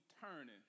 turning